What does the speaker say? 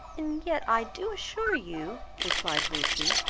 and yet i do assure you, replied lucy,